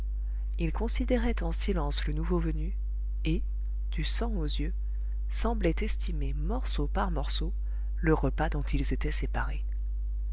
ils considéraient en silence le nouveau venu et du sang aux yeux semblaient estimer morceau par morceau le repas dont ils étaient séparés